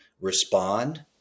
respond